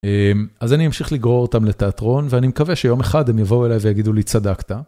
אז אני אמשיך לגרור אותם לתיאטרון ואני מקווה שיום אחד הם יבואו אליי ויגידו לי צדקת.